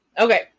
Okay